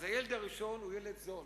אז הילד הראשון הוא "ילד זול",